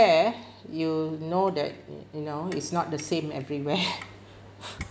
compare you know that you know it's not the same everywhere